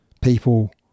people